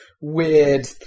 weird